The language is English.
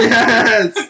Yes